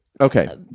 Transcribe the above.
Okay